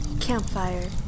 Campfire